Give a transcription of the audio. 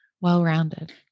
well-rounded